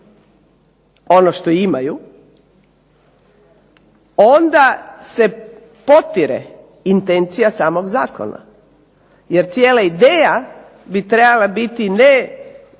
ono što imaju, onda se potpire intencija samog zakona. Jer cijela ideja bi trebala biti ne